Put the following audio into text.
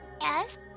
Yes